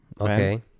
okay